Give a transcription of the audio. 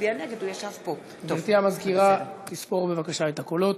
גברתי המזכירה תספור בבקשה את הקולות.